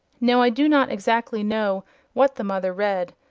now i do not exactly know what the mother read,